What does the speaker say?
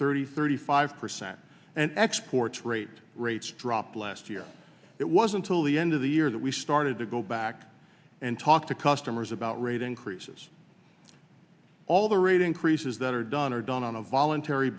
thirty thirty five percent and exports freight rates dropped last year it wasn't till the end of the year that we started to go back and talk to customers about rate increases all the rate increases that are done are done on a voluntary